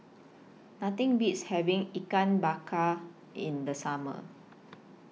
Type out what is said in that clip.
Nothing Beats having Ikan Bakar in The Summer